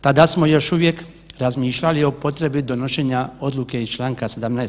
Tada smo još uvijek razmišljali o potrebi donošenja odluke iz Članka 17.